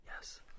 Yes